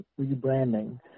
rebranding